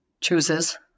chooses